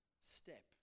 step